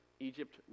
Egypt